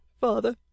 father